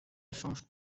change